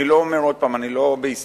אני לא אומר, עוד פעם, אני לא בהיסטריה.